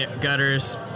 gutters